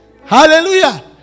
hallelujah